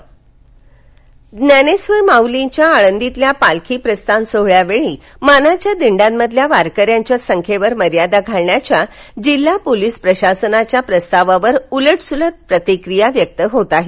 आळंदी ज्ञानेश्वर माउलींच्या आळंदीतील पालखी प्रस्थान सोहळ्यावेळी मानाच्या दिंङ्यामधील वारकऱ्यांच्या संख्येवर मर्यादा घालण्याच्या जिल्हा पोलीस प्रशासनाच्या प्रस्तावावर उलट सुलट प्रतिक्रिया व्यक्त होत आहेत